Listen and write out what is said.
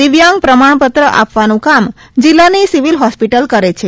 દિવ્યાંગ પ્રમાણપત્ર આપવાનું કામ જિલ્લાની સિવીલ હોસ્પિટલ કરે છે